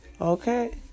Okay